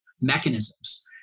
mechanisms